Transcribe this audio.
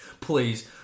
please